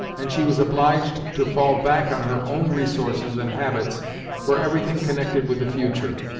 and she was obliged to fall back on her own resources and habits for everything connected with the future.